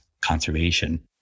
conservation